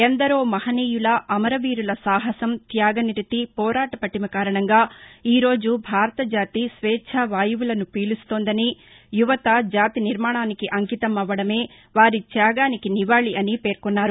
ఎందరో మహనీయుల అమరవీరుల సాహసం త్యాగనిరతి పోరాట పటిమ కారణంగా ఈ రోజు భారతజాతి స్వేచ్చావాయువులను పీలుస్తోందని యువత జాతి నిర్మాణానికి అంకితం అవ్వడమే వారి త్యాగానికి నివాళి అని పేర్కొన్నారు